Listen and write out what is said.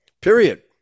Period